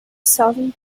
southern